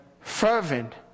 Fervent